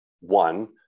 one